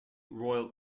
royal